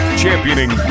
championing